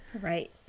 Right